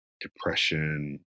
depression